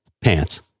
pants